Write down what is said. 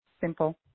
Simple